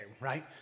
right